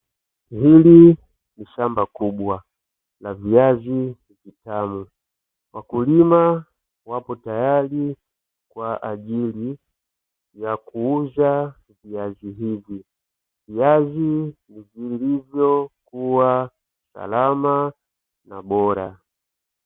Hili ni shamba kubwa la viazi vitamu wakulima wapo tayari kwa ajili ya kuuza viazi hivi, viazi vilivyokuwa salama na bora.